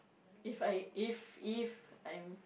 if I if if I'm